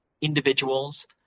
individuals